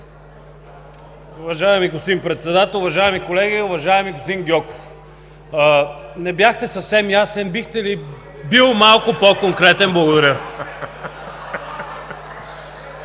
Уважаеми господин Председател, уважаеми колеги! Уважаеми господин Гьоков, не бяхте съвсем ясен. Бихте ли били малко по-конкретен? Благодаря